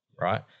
right